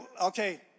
okay